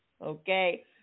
Okay